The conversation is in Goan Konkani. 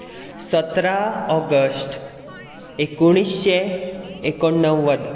सतरा ऑगश्ट एकुण्णेशे एकोणणव्वद